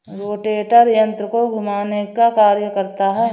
rotator यन्त्र को घुमाने का कार्य करता है